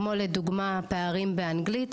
כמו לדוגמא פערים באנגלית,